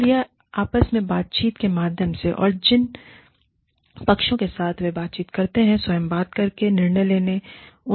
इसलिए आपस में बातचीत के माध्यम से और जिन पक्षों के साथ वे बातचीत करते हैं स्वयं बात करके निर्णय लेना है